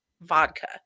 vodka